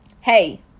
hey